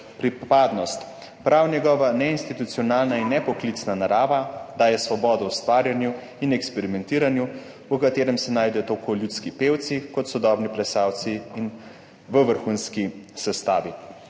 pripadnost. Prav njena neinstitucionalna in nepoklicna narava daje svobodo ustvarjanju in eksperimentiranju, v katerem se najdejo tako ljudski pevci kot sodobni plesalci v vrhunski sestavi.